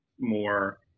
more